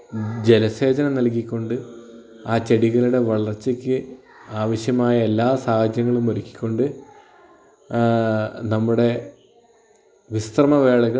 ജലസേചനം നൽകികൊണ്ട് ആ ചെടികളുടെ വളർച്ചക്ക് ആവശ്യമായ എല്ലാ സാഹചര്യങ്ങളും ഒരുക്കികൊണ്ട് നമ്മുടെ വിശ്രമ വേളകൾ